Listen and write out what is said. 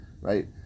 right